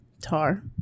Tar